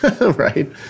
right